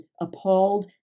appalled